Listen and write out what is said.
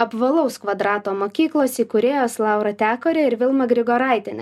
apvalaus kvadrato mokyklos įkūrėjos laura tekorė ir vilma grigoraitienė